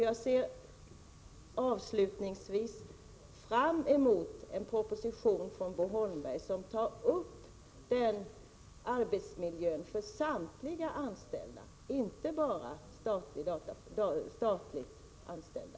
| Jag ser fram emot en proposition från Bo Holmberg där arbetsmiljön för samtliga anställda tas upp, och inte bara arbetsmiljön för statligt anställda.